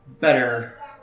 better